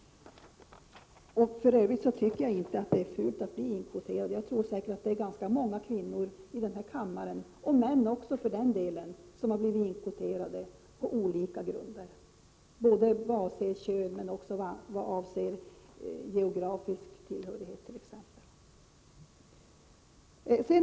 För övrigt tycker jag inte att det är fult att bli inkvoterad. Jag tror att det är ganska många kvinnor i den här kammaren — män också för den delen — som har blivit inkvoterade på olika grunder, t.ex. vad avser kön och vad avser geografisk tillhörighet.